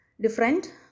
different